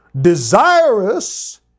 desirous